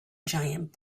giant